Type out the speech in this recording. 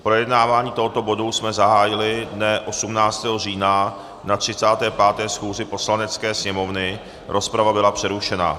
Projednávání tohoto bodu jsme zahájili dne 18. října na 35. schůzi Poslanecké sněmovny, rozprava byla přerušena.